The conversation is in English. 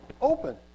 open